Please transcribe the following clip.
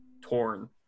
torn